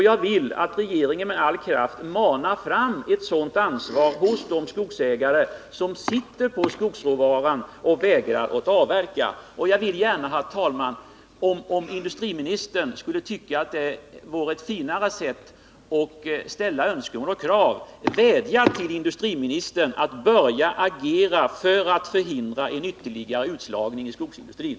Jag vill att regeringen med all kraft manar fram ett sådant ansvar hos de skogsägare som sitter på skogsråvaran och vägrar att avverka. Och jag vill gärna, herr talman — om industriministern skulle tycka det vore ett finare sätt än att framställa önskemål och krav — vädja till industriministern att börja agera för att förhindra en ytterligare utslagning i skogsindustrin.